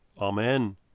Amen